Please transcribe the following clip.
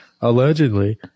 Allegedly